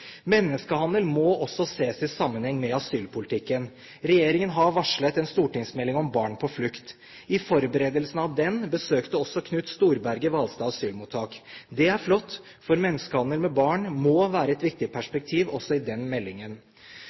Menneskehandel må også ses i sammenheng med asylpolitikken. Regjeringen har varslet en stortingsmelding om barn på flukt. I forberedelsen av den besøkte Knut Storberget Hvalstad asylmottak. Det er flott, for menneskehandel med barn må være et viktig perspektiv også i den meldingen.